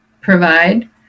provide